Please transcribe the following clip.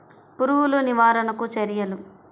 పురుగులు నివారణకు చర్యలు?